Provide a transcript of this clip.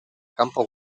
campo